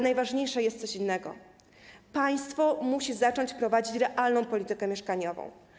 Najważniejsze jest coś innego - państwo musi zacząć prowadzić realną politykę mieszkaniową.